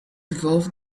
evolved